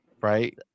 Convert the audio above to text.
right